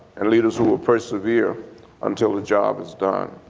and leaders who will persevere until the job is done.